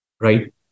right